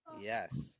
Yes